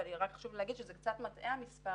אבל רק חשוב להגיד שזה קצת מטעה המספר,